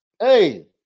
Hey